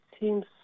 seems